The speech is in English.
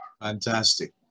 Fantastic